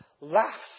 laughs